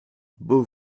beau